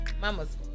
mama's